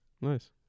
Nice